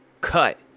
cut